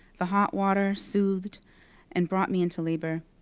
the hot water soothed and brought me into labor.